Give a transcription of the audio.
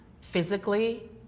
physically